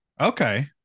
Okay